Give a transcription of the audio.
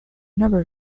number